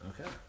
Okay